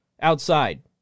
outside